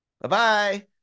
Bye-bye